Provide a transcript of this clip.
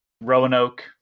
Roanoke